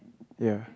ya